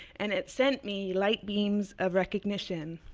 and it sent me light beams of recognition.